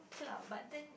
okay lah but then